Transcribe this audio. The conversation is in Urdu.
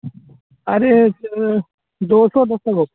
ارے سر دو سو دو سو دو